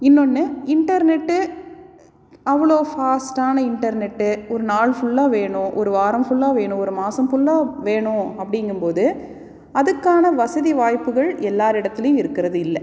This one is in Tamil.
இன்னொன்று இன்டர்நெட்டு அவ்வளோ ஃபாஸ்ட்டான இன்டர்நெட்டு ஒரு நாள் ஃபுல்லாக வேணும் ஒரு வாரம் ஃபுல்லாக வேணும் ஒரு மாதம் ஃபுல்லாக வேணும் அப்படிங்கம்போது அதுக்கான வசதி வாய்ப்புகள் எல்லாரிடத்துலேயும் இருக்கிறது இல்லை